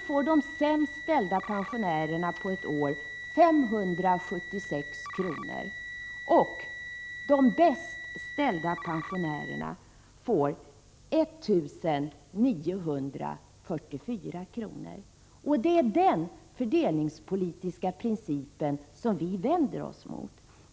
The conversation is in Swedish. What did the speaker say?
får de sämst ställda pensionärerna på ett år 576 kr., och de bäst ställda pensionärerna får 1 944 kr. Det är den fördelningspolitiska principen som vpk vänder sig mot.